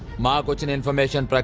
my but and information, but